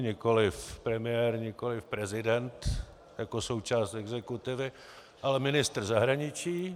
Nikoliv premiér, nikoliv prezident jako součást exekutivy, ale ministr zahraničí.